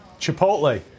Chipotle